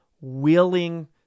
willing